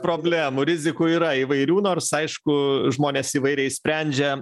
problemų rizikų yra įvairių nors aišku žmonės įvairiai sprendžia